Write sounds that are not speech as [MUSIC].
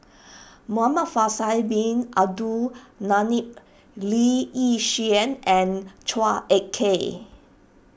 [NOISE] Muhamad Faisal Bin Abdul Manap Lee Yi Shyan and Chua Ek Kay